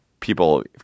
People